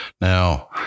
Now